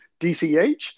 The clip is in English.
DCH